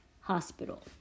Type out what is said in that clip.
hospital